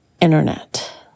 internet